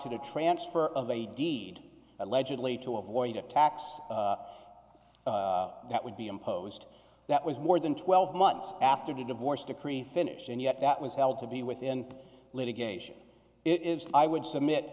to the transfer of a deed allegedly to avoid a tax that would be imposed that was more than twelve months after the divorce decree finished and yet that was held to be within litigation it is i would submit